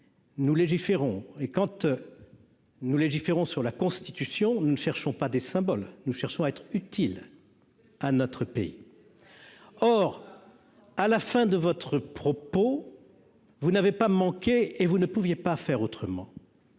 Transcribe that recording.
nous légiférons et quand tu nous légiférons sur la constitution, nous ne cherchons pas des symboles, nous cherchons à être utile à notre pays, or, à la fin de votre propos, vous n'avez pas manqué et vous ne pouviez pas faire autrement.